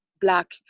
black